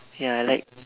ya I like